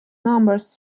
numbers